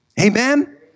Amen